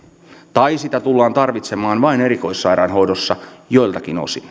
tai sitä tullaan tarvitsemaan vain erikoissairaanhoidossa joiltakin osin